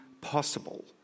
possible